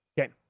Okay